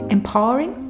Empowering